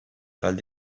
spirale